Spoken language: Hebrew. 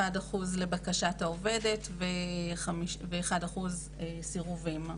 1% לבקשת העובדת ו-51% סירובים.